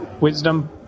wisdom